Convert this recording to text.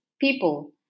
people